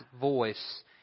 voice